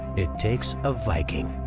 it takes a viking.